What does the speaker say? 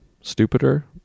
stupider